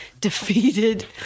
defeated